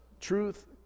truth